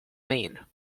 mane